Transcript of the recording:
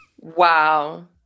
Wow